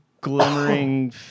glimmering